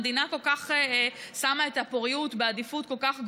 המדינה שמה את הפוריות בעדיפות כל כך גבוהה,